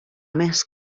més